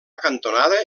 cantonada